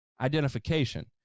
identification